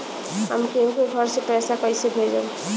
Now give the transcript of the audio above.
हम केहु के घर से पैसा कैइसे भेजम?